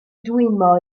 dwymo